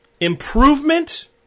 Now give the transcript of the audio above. improvement